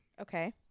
Okay